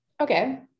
okay